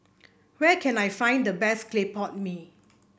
where can I find the best Clay Pot Mee